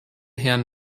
herrn